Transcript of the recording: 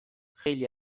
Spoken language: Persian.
خیلی